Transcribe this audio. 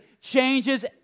changes